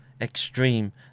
extreme